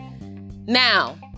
Now